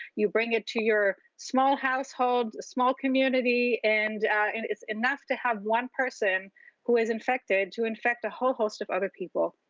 you bring it to your small household, small community, and and it's enough to have one person who is infected to infect a whole host of other people.